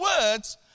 words